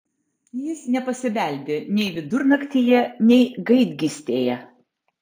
jis nepasibeldė nei vidurnaktyje nei gaidgystėje